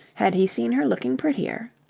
had he seen her looking prettier.